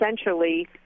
essentially